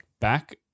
back